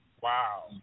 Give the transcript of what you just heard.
wow